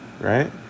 right